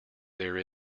there